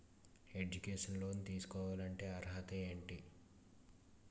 Educational loan తీసుకోవాలంటే అర్హత ఏంటి?